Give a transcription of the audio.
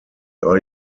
are